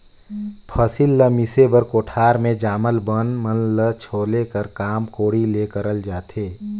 फसिल ल मिसे बर कोठार मे जामल बन मन ल छोले कर काम कोड़ी ले करल जाथे